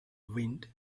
wind